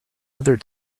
other